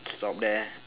stop there